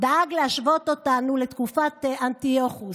דאג להשוות אותנו לתקופת אנטיוכוס.